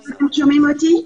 כן,